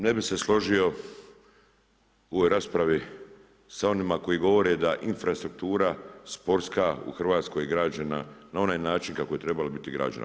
Ne bih se složio u ovoj raspravi sa onima koji govore da infrastruktura sportska u Hrvatskoj građena na onaj način kako je trebala biti građena.